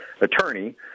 attorney